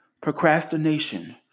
procrastination